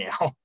now